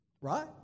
Right